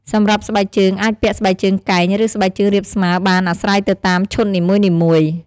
សម្រាប់ស្បែកជើងអាចពាក់ស្បែកជើងកែង ឬស្បែកជើងរាបស្មើបានអាស្រ័យទៅតាមឈុតនីមួយៗ